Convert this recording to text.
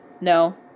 No